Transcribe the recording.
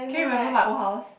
can you remember my old house